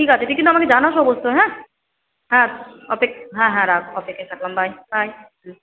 ঠিক আছে তুই কিন্তু আমাকে জানাস অবশ্যই হ্যাঁ হ্যাঁ হ্যাঁ হ্যাঁ রাখ অপেক্ষায় থাকলাম বাই বাই হুম